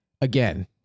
Again